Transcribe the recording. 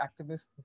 activists